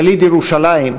יליד ירושלים,